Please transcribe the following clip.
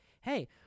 hey